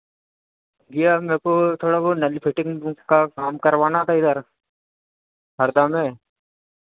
जी हाँ मेरे को थोड़ा बहुत नल फिटिंग का काम करवाना था इधर हरदा में